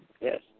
Yes